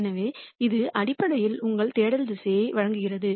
எனவே இது அடிப்படையில் உங்களுக்கு தேடல் திசையை வழங்குகிறது